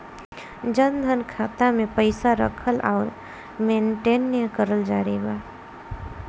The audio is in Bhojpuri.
जनधन खाता मे पईसा रखल आउर मेंटेन करल जरूरी बा?